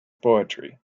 poetry